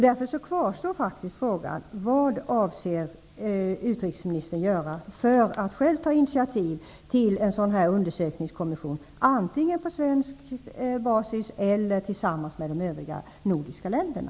Därför kvarstår frågan: Vad avser utrikesministern att göra för att själv ta initiativ till en sådan undersökningskommission, antingen på svensk basis eller tillsammans med de övriga nordiska länderna?